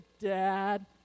dad